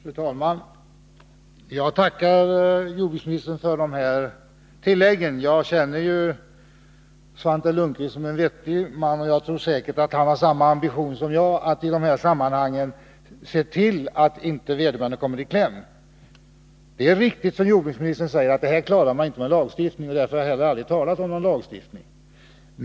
Fru talman! Jag tackar jordbruksministern för de här tilläggen. Jag vet att Svante Lundkvist är en vettig man, och jag tror att han har samma ambition som jag att i det här sammanhanget se till att vederbörande inte kommer i kläm. Det är riktigt som jordbruksministern säger att man inte klarar det här med lagstiftning, och därför har det aldrig talats om någon lagstiftning i detta sammanhang.